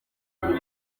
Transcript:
amafi